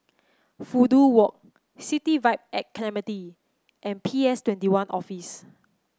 Fudu Walk City Vibe at Clementi and P S Twenty One Office